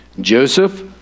Joseph